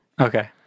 Okay